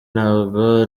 ntabwo